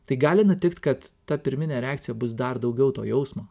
tai gali nutikt kad ta pirminė reakcija bus dar daugiau to jausmo